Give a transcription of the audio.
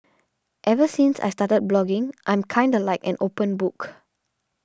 ever since I've started blogging I'm kinda like an open book